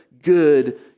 good